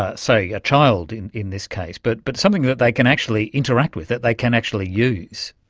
ah say, yeah child in in this case, but but something that they can actually interact with, that they can actually use.